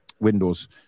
windows